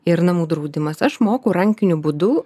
ir namų draudimas aš moku rankiniu būdu